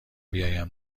بیایم